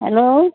hello